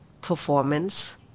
performance